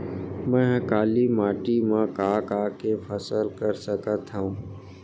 मै ह काली माटी मा का का के फसल कर सकत हव?